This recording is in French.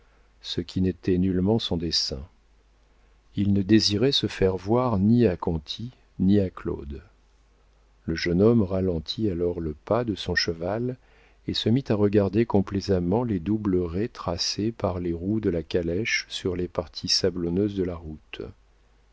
ce qui n'était nullement son dessein il ne désirait se faire voir ni à conti ni à claude le jeune homme ralentit alors le pas de son cheval et se mit à regarder complaisamment les doubles raies tracées par les roues de la calèche sur les parties sablonneuses de la route